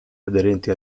aderenti